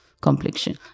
complexion